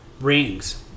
rings